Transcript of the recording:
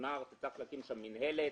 כלומר צריך להקים שם מינהלת